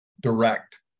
direct